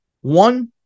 one